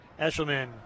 Eshelman